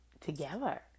together